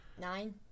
nine